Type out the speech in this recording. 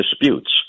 disputes